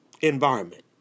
environment